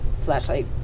flashlight